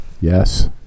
Yes